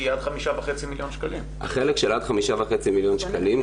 כי היא עד 5.5 מיליון שקלים.